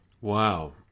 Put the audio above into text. Wow